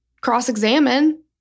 cross-examine